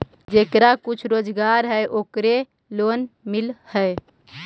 जेकरा कुछ रोजगार है ओकरे लोन मिल है?